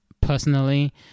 personally